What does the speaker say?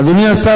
אדוני השר,